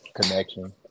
connection